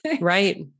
Right